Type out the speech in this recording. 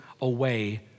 away